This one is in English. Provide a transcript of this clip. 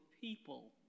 people